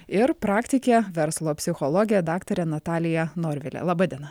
ir praktikė verslo psichologė daktarė natalija norvilė laba diena